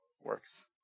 works